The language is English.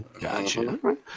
Gotcha